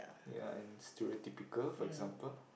ya and stereotypical for example